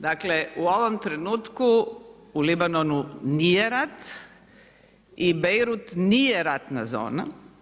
Dakle, u ovom trenutku u Libanonu nije rat i Beirut nije ratna zona.